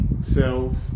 self